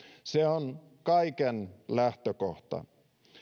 se on kaiken lähtökohta